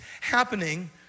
happening